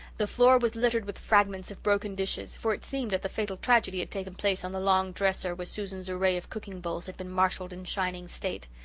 the floor was littered with fragments of broken dishes, for it seemed that the fatal tragedy had taken place on the long dresser where susan's array of cooking bowls had been marshalled in shining state.